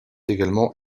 également